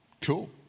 cool